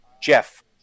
Jeff